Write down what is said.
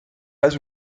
pas